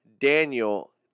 Daniel